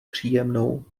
příjemnou